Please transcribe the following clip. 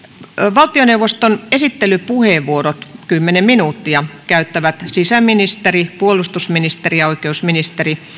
valtioneuvoston esittelypuheenvuorot kymmenen minuuttia käyttävät sisäministeri puolustusministeri ja oikeusministeri